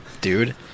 dude